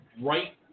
right